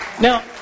now